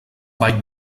vall